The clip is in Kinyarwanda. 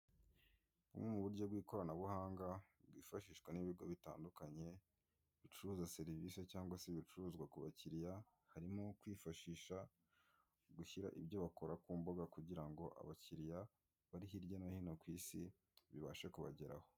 Bumwe mu buryo bw'ikoranabuhanga bwifashishwa n'ibigo bitandukanye, bicuruza serivisi cyangwa se ibicuruzwa ku bakiriya, harimo kwifashisha gushyira ibyo bakora ku mbuga kugira ngo abakiriya bari hirya no hino ku isi bibashe kubageraho.